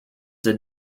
did